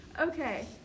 Okay